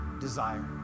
desire